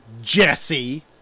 Jesse